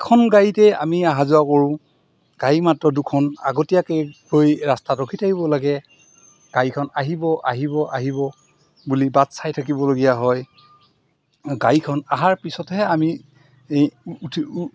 এখন গাড়ীতেই আমি অহা যোৱা কৰোঁ গাড়ী মাত্ৰ দুখন আগতীয়াকৈ গৈ ৰাস্তাত ৰখি থাকিব লাগে গাড়ীখন আহিব আহিব আহিব বুলি বাট চাই থাকিবলগীয়া হয় গাড়ীখন অহাৰ পিছতহে আমি উঠি